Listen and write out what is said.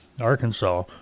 Arkansas